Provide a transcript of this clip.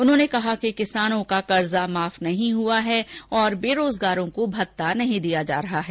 उन्होंने कहा कि किसानों का कर्ज माफ नहीं हुआ है तथा बेरोजगारों को भत्ता नहीं दिया जा रहा है